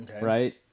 Right